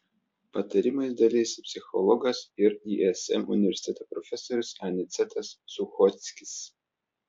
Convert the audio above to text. patarimais dalijasi psichologas ir ism universiteto profesorius anicetas suchockis